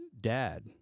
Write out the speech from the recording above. dad